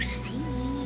see